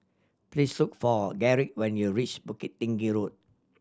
please look for Garrick when you reach Bukit Tinggi Road